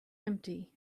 empty